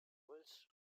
welsh